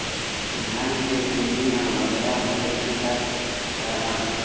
धान के चुन्दी मा बदरा होय के का कारण?